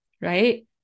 right